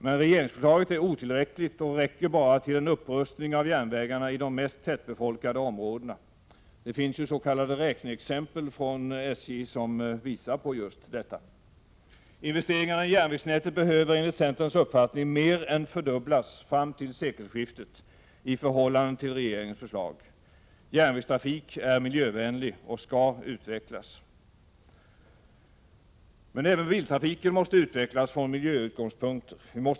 Men regeringsförslaget är otillräckligt och räcker bara till en upprustning av järnvägarna i de mest tätbefolkade områdena. Det finns s.k. räkneexempel från SJ som visar just detta. Investeringarna i järnvägsnätet behöver enligt centerns uppfattning mer än fördubblas fram till sekelskiftet i förhållande till regeringens förslag. Järnvägstrafik är miljövänlig och skall utvecklas! Men även biltrafiken måste utvecklas från miljöutgångspunkter.